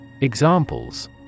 Examples